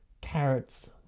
carrots